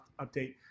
update